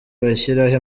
bashyiraho